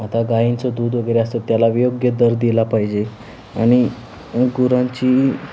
आता गाईंचं दूध वगैरे असतं त्याला योग्य दर दिला पाहिजे आणि गुरांची